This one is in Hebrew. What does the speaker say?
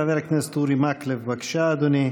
חבר הכנסת אורי מקלב, בבקשה, אדוני.